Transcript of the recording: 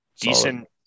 decent